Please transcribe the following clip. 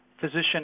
physician